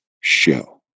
show